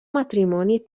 matrimoni